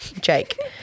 Jake